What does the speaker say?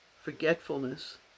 forgetfulness